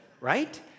right